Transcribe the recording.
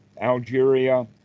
Algeria